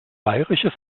bayrisches